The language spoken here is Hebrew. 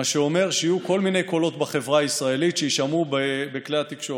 מה שאומר שיהיו כל מיני קולות בחברה הישראלית שיישמעו בכלי התקשורת.